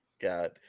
God